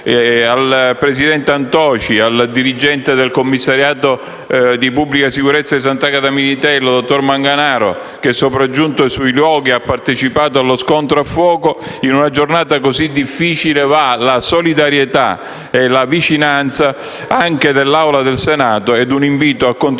Al presidente Antoci, al dirigente del commissariato di pubblica sicurezza di Sant'Agata Militello, dottor Manganaro, che, sopraggiunto sui luoghi, ha partecipato allo scontro a fuoco, in una giornata così difficile va la solidarietà e la vicinanza anche dell'Assemblea del Senato ed un invito a continuare